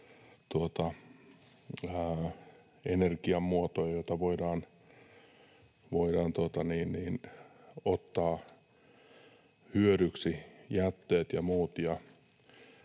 energiamuotoja, joita voidaan ottaa hyödyksi, jätteet ja muut.